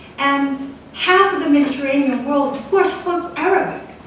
and half of the mediterranean world of course spoke arabic.